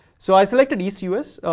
so, i selected east us.